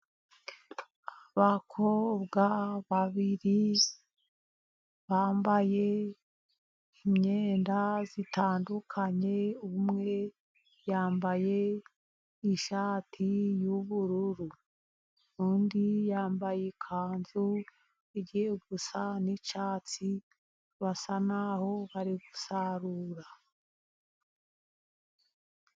Abakobwa babiri bambaye imyenda zitandukanye, umwe yambaye ishati y'ubururu, undi yambaye ikanzu igiye gusa n'icyatsi, basa n'aho bari gusarura.